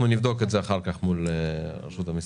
אנחנו נבדוק את זה אחר כך מול רשות המיסים.